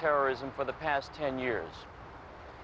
terrorism for the past ten years